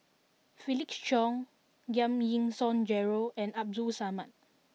Felix Cheong Giam Yean Song Gerald and Abdul Samad